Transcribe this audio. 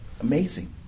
amazing